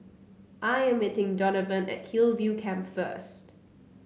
I'm meeting Donavan at Hillview Camp first